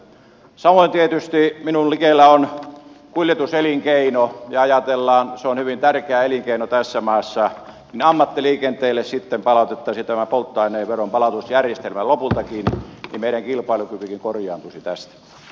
samoin tietysti minua likellä on kuljetuselinkeino ja ajatellaan se on hyvin tärkeä elinkeino tässä maassa ammattiliikenteelle sitten palautettaisiin tämä polttoaineen veron palautusjärjestelmä lopultakin ja meidän kilpailukykymmekin korjaantuisi tästä